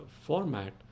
format